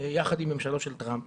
יחד עם ממשלו של טראמפ